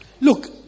Look